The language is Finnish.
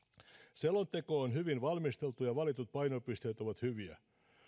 selonteko on hyvin valmisteltu ja valitut painopisteet ovat hyviä